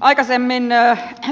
aikaisemmin